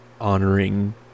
honoring